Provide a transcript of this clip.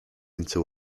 into